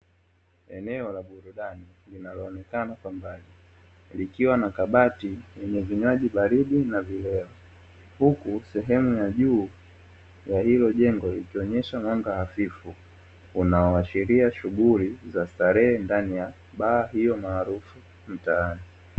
Eneo la burudani linaloonekana Kwa mbali, likiwa na kabati lenye vinywaji baridi na vileo, huku sehemu ya juu ya hilo jengo likionyesha mwanga hafifu unaoashiria shughuli za starehe ndani ya baa hiyo maarufu mtaani.